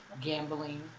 gambling